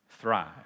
thrive